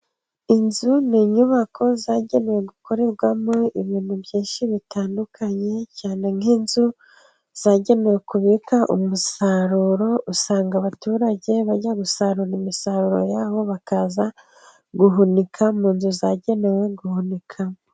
Inzu ni inyubako zagenewe gukorerwamo ibintu byinshi bitandukanye, cyane nk'inzu zagenewe kubika umusaruro, usanga abaturage bajya gusarura imisaruro yabo, bakaza guhunika mu nzu zagenewe guhunika.